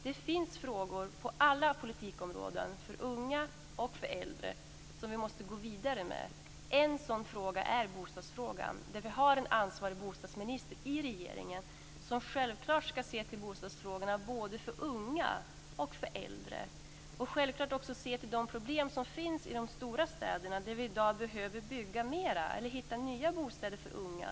Det finns frågor på alla politikområden, för unga och för äldre, som vi måste gå vidare med. En sådan fråga är bostadsfrågan. Regeringen har ju en ansvarig bostadsminister som självklart ska se till bostadsfrågorna för både unga och äldre och självklart också se till de problem som finns i de stora städerna där vi i dag behöver bygga mer eller hitta nya bostäder för unga.